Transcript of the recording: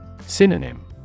Synonym